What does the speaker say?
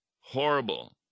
horrible